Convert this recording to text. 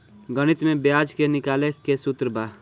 गणित में ब्याज के निकाले के सूत्र बा